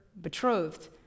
betrothed